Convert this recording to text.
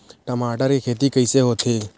टमाटर के खेती कइसे होथे?